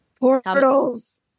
portals